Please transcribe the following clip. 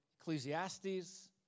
Ecclesiastes